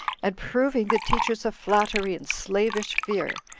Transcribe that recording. and proving the teachers of flattery and slavish fear,